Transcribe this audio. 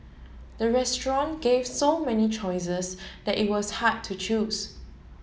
the restaurant gave so many choices that it was hard to choose